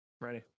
Ready